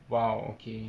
!wow! okay